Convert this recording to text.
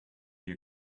your